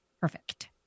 perfect